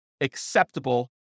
acceptable